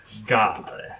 God